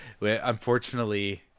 unfortunately